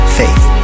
faith